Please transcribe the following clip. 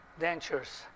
dentures